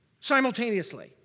simultaneously